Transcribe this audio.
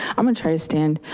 i'm gonna try to stand.